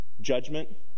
judgment